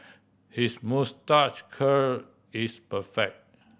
his moustache curl is perfect